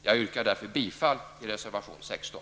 Jag yrkar bifall till reservation 16.